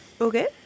Okay